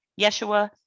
Yeshua